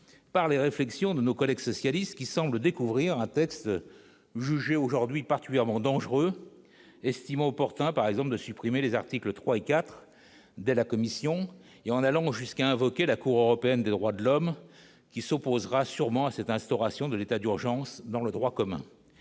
par les réflexions de nos collègues socialistes qui semble découvrir un texte jugé aujourd'hui particulièrement dangereuse, estime opportun par exemple de supprimer les articles 3 et 4 de la commission et en allant jusqu'à invoquer la Cour européenne des droits de l'homme qui s'opposera sûrement à cette instauration de l'état d'urgence dans le droit commun,